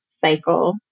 cycle